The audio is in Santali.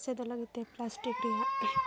ᱮᱥᱮᱫᱚᱜ ᱞᱟᱹᱜᱤᱫ ᱛᱮ ᱯᱞᱟᱥᱴᱤᱠ ᱨᱮᱭᱟᱜ